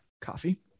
Coffee